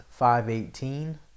5.18